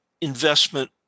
investment